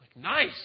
Nice